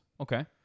Okay